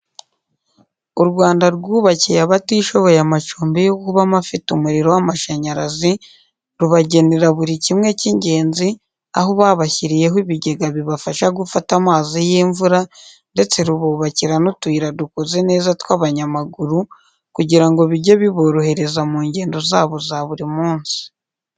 U Rwanda rwubakiye abatishoboye amacumbi yo kubamo afite umuriro w'amashanyarazi rubagenera buri kimwe cy'ingenzi, aho babashyiriyeho ibigega bibafasha gufata amazi y'imvura ndetse rububakira n'utuyira dukoze neza tw'abanyamaguru kugira ngo bijye biborohereza mu ngendo zabo za buri munsi.